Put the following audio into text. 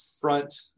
front